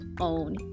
own